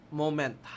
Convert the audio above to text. moment